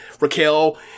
Raquel